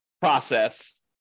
process